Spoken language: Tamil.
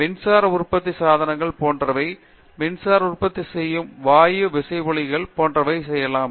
மின்சாரம் உற்பத்தி சாதனங்கள் போன்றவை மின்சாரம் உற்பத்தி செய்யும் வாயு விசையாழிகளைப் போன்றவற்றைச் செய்யலாம்